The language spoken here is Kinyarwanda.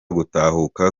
gutahuka